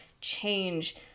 change